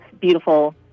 beautiful